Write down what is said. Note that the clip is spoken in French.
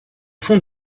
fond